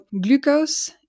glucose